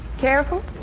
Careful